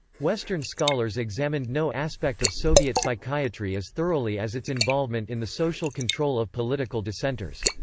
western scholars examined no aspect of soviet psychiatry as thoroughly as its involvement in the social control of political dissenters.